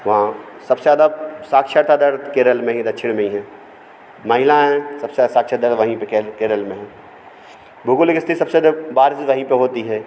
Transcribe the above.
वहाँ सबसे ज़्यादा साक्षरता दर तो केरल में ही दक्षिण में ही हैं महिलाएँ सबसे ज़्यादा साक्षर दर वहीं पे केरल केरल में हैं भौगोलिक स्थिति सबसे ज़्यादा बारिश वहीं पे होती हैं